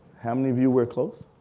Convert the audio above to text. how many of you wear clothes?